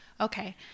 Okay